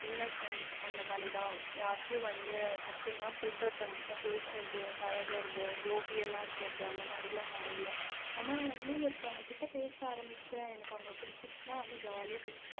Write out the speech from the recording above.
Innocent அந்த மாதிரி தான் யார்கிட்டையும் வந்து டக்குன்லாம் போயிட்டு ஒருத்தங்ககிட்ட பேசறது பழகறது ஜோவியலாக இருக்கிறது அந்த மாதிரில்லாம் நான் இல்லை ஆனால் வந்து ஒருத்தங்ககிட்ட பேச ஆரம்பித்திட்டேன் எனக்கு அவங்களை பிடித்திடிச்சின்னா வந்து ஜாலியாக பேசுவேன்